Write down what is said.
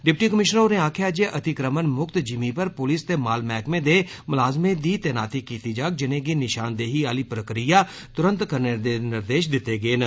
deputy commissioner होरें आक्खेआ जे अतिक्रमण मुक्त जिमीं पर पुलस ते माल मैहकमे दे मुलाजमें दी तैनाती कीती जाग जिनेंगी नषानदेही आली प्रक्रिया तुरंत करने दे निर्देष दित्ते गे न